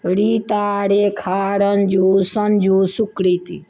Rita Rekha Ranju Sanju Sukriti